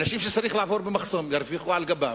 אנשים שצריכים לעבור במחסום ירוויחו על גבם.